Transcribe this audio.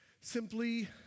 simply